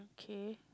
okay